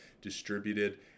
distributed